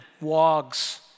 wogs